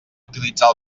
utilitzar